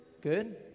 Good